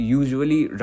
usually